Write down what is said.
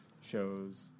shows